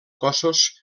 cossos